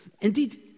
Indeed